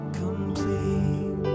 complete